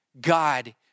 God